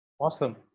Awesome